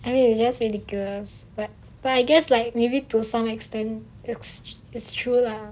I mean it's just ridiculous but but I guess like maybe to some extent that's true lah